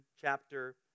chapter